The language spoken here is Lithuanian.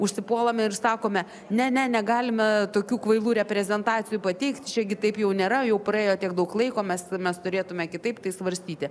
užsipuolame ir sakome ne ne negalime tokių kvailų reprezentacijų pateikt čia gi taip jau nėra jau praėjo tiek daug laiko mes mes turėtumėme kitaip tai svarstyti